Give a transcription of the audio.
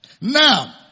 Now